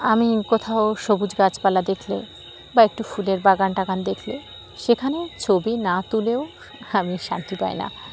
আমি কোথাও সবুজ গাছপালা দেখলে বা একটু ফুলের বাগান টাগান দেখলে সেখানে ছবি না তুলেও আমি শান্তি পাই না